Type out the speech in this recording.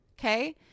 Okay